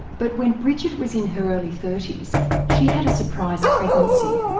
but when bridget was in her early thirty s she had a surprise pregnancy,